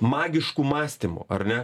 magišku mąstymu ar ne